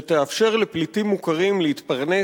ותאפשר לפליטים מוכרים להתפרנס,